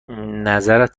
نظرت